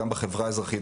גם בחברה האזרחית,